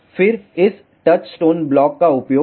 फिर इस touchstone block का उपयोग करें